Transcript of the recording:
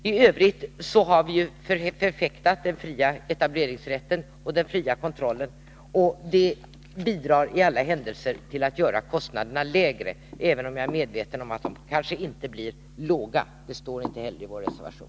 I övrigt har vi ju förfäktat den fria etableringsrätten, och det bidrar i alla händelser till att göra kostnaderna lägre, även om jag är medveten om att de kanske inte blir låga — det står inte heller i vår reservation.